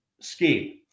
scheme